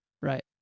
Right